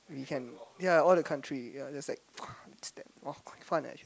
we can ya all the country ya that's like !wah! quite fun leh actually